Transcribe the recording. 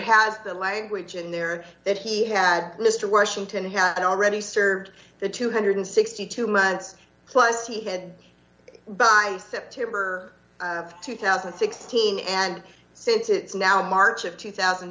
has the language in there that he had mister washington had already served the two hundred and sixty two months plus he had by september of two thousand and sixteen and since it's now march of two thousand